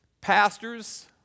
pastors